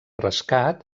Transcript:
rescat